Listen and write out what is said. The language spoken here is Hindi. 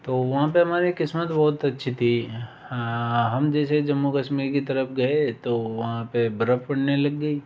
तो वहाँ पर हमारे किस्मत बहुत अच्छी थी हम जैसे ही जम्मू कश्मीर की तरफ गए तो वहाँ पे बर्फ़ पड़ने लग गई